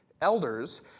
elders